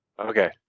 Okay